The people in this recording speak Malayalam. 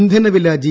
ഇന്ധനവില ജി